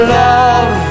love